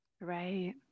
Right